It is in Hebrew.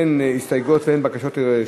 4, אין נמנעים.